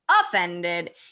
offended